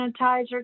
sanitizer